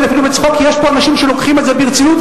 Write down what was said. כי יש פה אנשים שלוקחים את זה ברצינות,